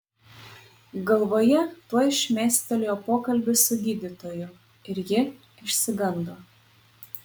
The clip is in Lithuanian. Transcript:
galvoje tuoj šmėstelėjo pokalbis su gydytoju ir ji išsigando